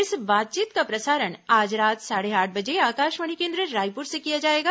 इस बातचीत का प्रसारण आज रात साढ़े आठ बजे आकाशवाणी केन्द्र रायपुर से किया जाएगा